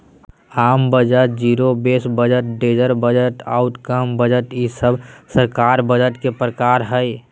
आम budget, zero base budget, gender budget, outcome budget ई सब सरकारी बजट के प्रकार हय